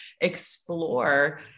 explore